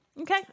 Okay